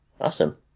Awesome